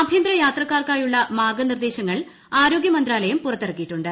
ആഭ്യന്തര യാത്രക്കാർക്കായുള്ള മാർഗനിർദേശങ്ങൾ ആരോഗ്യമന്ത്രാലയം പുറത്തിറക്കിയിട്ടുണ്ട്